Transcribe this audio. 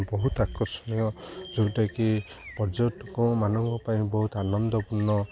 ବହୁତ ଆକର୍ଷଣୀୟ ଯେଉଁଟାକି ପର୍ଯ୍ୟଟକମାନଙ୍କ ପାଇଁ ବହୁତ ଆନନ୍ଦପୂର୍ଣ୍ଣ